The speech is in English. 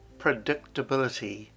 predictability